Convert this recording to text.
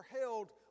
held